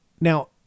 Now